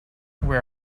where